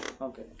Okay